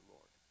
Lord